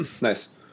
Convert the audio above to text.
Nice